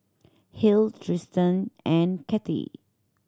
Hale Tristen and Cathie